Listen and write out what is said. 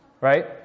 right